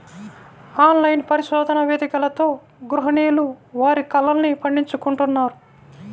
online పరిశోధన వేదికలతో గృహిణులు వారి కలల్ని పండించుకుంటున్నారు